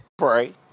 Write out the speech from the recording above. right